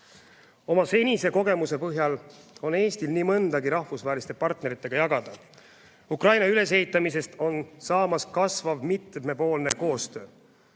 Oma senise kogemuse põhjal on Eestil nii mõndagi rahvusvaheliste partneritega jagada – Ukraina ülesehitamisest on saamas kasvav mitmepoolne koostöö.